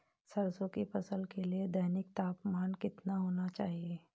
सरसों की फसल के लिए दैनिक तापमान कितना होना चाहिए?